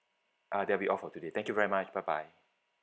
uh that'll be all for today thank you very much bye bye